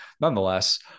nonetheless